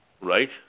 right